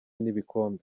n’ibikombe